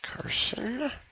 Carson